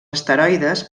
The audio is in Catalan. asteroides